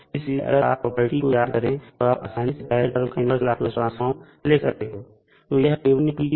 इसलिए अगर आप प्रॉपर्टी को याद करें तो आप आसानी से पहले टर्म का इन्वर्स लाप्लास ट्रांसफॉर्म लिख सकते हो